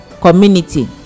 community